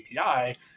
API